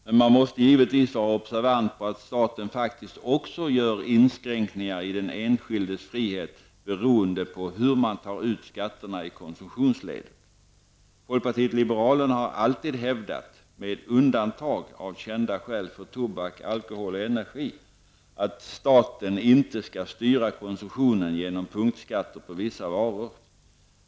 Men man måste givetvis vara observant på att staten faktiskt också gör inskränkningar i den enskildes frihet beroende på hur man tar ut skatterna i konsumtionsledet. Folkpartiet liberalerna har alltid hävdat -- med undantag av kända skäl för tobak, alkohol och energi -- att staten inte skall styra konsumtionen genom punktskatter på vissa varor.